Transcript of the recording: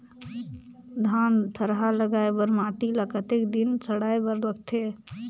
धान थरहा लगाय बर माटी ल कतेक दिन सड़ाय बर लगथे?